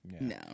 no